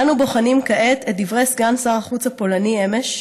אנו בוחנים כעת את דברי סגן שר החוץ הפולני אמש,